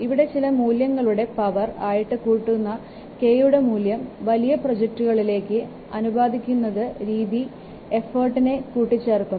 ഇവിടെ ചില മൂല്യങ്ങളുടെ പവർ ആയിട്ട് കൂട്ടാവുന്ന 'k'യുടെ മൂല്യം വലിയ പ്രോജക്ടുകളിലേക്ക് ആനുപാതികമല്ലാത്ത രീതിയിൽ എഫോർട്ടിനെ കൂട്ടിച്ചേർക്കുന്നു